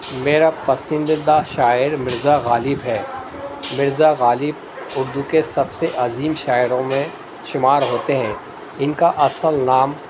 میرا پسندیدہ شاعر مرزا غالب ہے مرزا غالب اردو کے سب سے عظیم شاعروں میں شمار ہوتے ہیں ان کا اصل نام